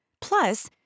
Plus